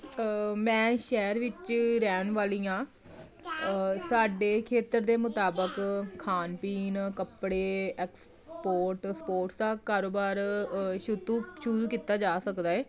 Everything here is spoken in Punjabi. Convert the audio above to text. ਮੈਂ ਸ਼ਹਿਰ ਵਿੱਚ ਰਹਿਣ ਵਾਲੀ ਹਾਂ ਸਾਡੇ ਖੇਤਰ ਦੇ ਮੁਤਾਬਕ ਖਾਣ ਪੀਣ ਕੱਪੜੇ ਐਕਸਪੋਰਟ ਸਪੋਰਟਸ ਦਾ ਕਾਰੋਬਾਰ ਸ਼ੁਧੂ ਸ਼ੁਰੂ ਕੀਤਾ ਜਾ ਸਕਦਾ ਹੈ